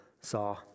saw